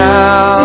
now